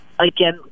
again